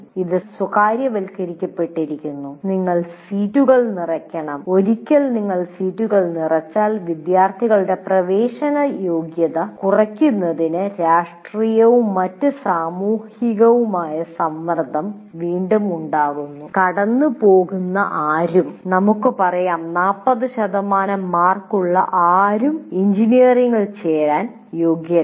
ഇത് സ്വകാര്യവൽക്കരിക്കപ്പെട്ടിരിക്കുന്നു നിങ്ങൾ സീറ്റുകൾ നിറക്കണം ഒരിക്കൽ നിങ്ങൾ സീറ്റുകൾ നിറച്ചാൽ വിദ്യാർത്ഥികളുടെ പ്രവേശനയോഗ്യത കുറയ്ക്കുന്നതിന് രാഷ്ട്രീയവും മറ്റ് സാമൂഹികവുമായ സമ്മർദ്ദം വീണ്ടും ഉണ്ടാകുന്നു കടന്നുപോകുന്ന ആരും നമുക്ക് പറയാം 40 ശതമാനം മാർക്ക് ഉള്ള ആരും എഞ്ചിനീയറിംഗിൽ ചേരാൻ യോഗ്യമാണ്